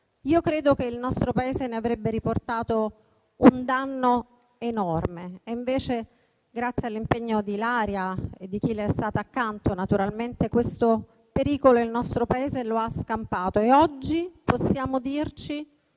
io credo che il nostro Paese ne avrebbe riportato un danno enorme. Invece, grazie all'impegno di Ilaria e di chi le è stato accanto, questo pericolo il nostro Paese lo ha scampato. Oggi possiamo dirci